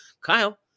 Kyle